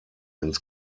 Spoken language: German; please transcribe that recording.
ins